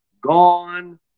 gone